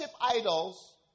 idols